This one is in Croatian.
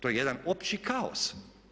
To je jedan opći kaos.